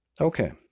Okay